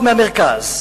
מחלוקת,